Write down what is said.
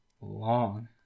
Long